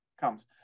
comes